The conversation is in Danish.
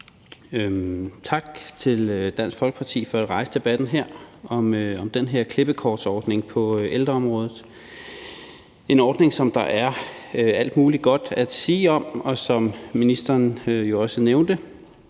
Tak til Dansk Folkeparti for at rejse debatten om den her klippekortordning på ældreområdet – en ordning, som der er alt muligt godt at sige om, og som, hvilket ministeren også nævnte,